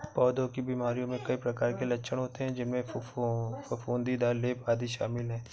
पौधों की बीमारियों में कई प्रकार के लक्षण होते हैं, जिनमें फफूंदीदार लेप, आदि शामिल हैं